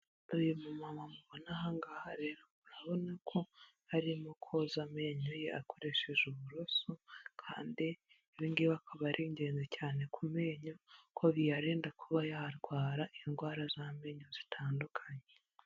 Uyu mumama mubona aha ngaha rero murabona ko arimo koza amenyo ye, akoresheje uburoso, kandi ibyo ngibi akaba ari ingenzi cyane ku menyo, kuko biyarinda kuba yarwara indwara z'amenyo zitandukanye.